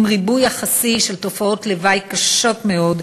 עם ריבוי יחסי של תופעות לוואי קשות מאוד,